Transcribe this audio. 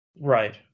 Right